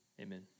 Amen